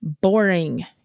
boring